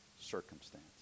circumstance